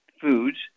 foods